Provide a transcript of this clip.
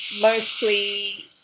mostly